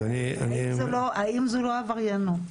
האם זו לא עבריינות?